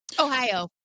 Ohio